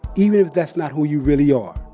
even if that's not who you really are.